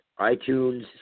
iTunes